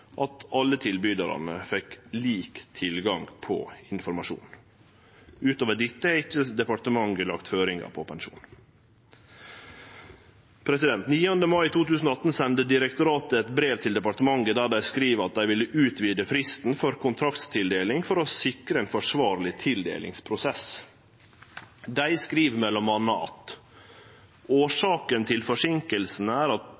at alle tilbydarane fekk lik tilgang på informasjon Utover dette har ikkje departementet lagt føringar på pensjon. Den 9. mai 2018 sende direktoratet eit brev til departementet der dei skriv at dei ville utvide fristen for kontraktstildeling for å sikre ein forsvarleg tildelingsprosess. Dei skriv m.a.: «Årsaken til forsinkelsene er at